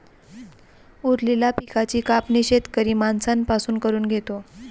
उरलेल्या पिकाची कापणी शेतकरी माणसां पासून करून घेतो